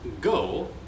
go